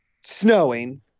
snowing